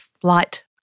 flight